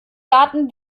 daten